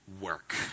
work